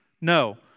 No